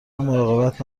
مراقبت